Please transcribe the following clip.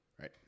right